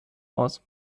aus